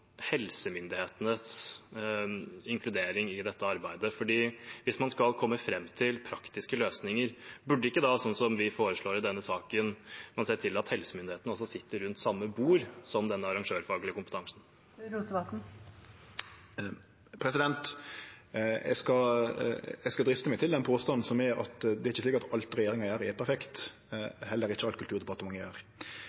helsemyndighetenes inkludering i dette arbeidet. Hvis man skal komme fram til praktiske løsninger, burde man ikke da – sånn som vi foreslår i denne saken – sett til at helsemyndighetene også sitter rundt samme bord som denne arrangørfaglige kompetansen? Eg skal driste meg til den påstanden at det ikkje er slik at alt regjeringa gjer, er perfekt,